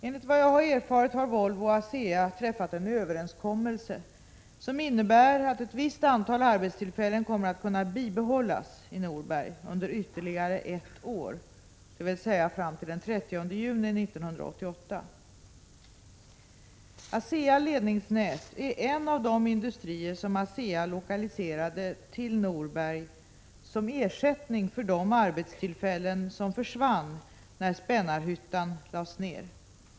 Enligt vad jag har erfarit har Volvo och ASEA träffat en överenkommelse som innebär att ett visst antal arbetstillfällen kommer att kunna bibehållas i Norberg under ytterligare ett år, dvs. fram till den 30 juni 1988. ASEA-Ledningsnät är en av de industrier som ASEA lokaliserade till Norberg som ersättning för de arbetstillfällen som försvann när Spännarhyttan lades ned.